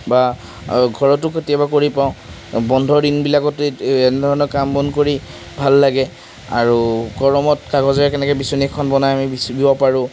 বা ঘৰতো কেতিয়াবা কৰি পাওঁ বন্ধৰ দিনবিলাকত এনেধৰণৰ কাম বন কৰি ভাল লাগে আৰু গৰমত কাগজেৰে কেনেকে বিচনী এখন বনাই আমি বিচিব পাৰোঁ